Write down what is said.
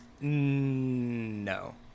No